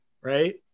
right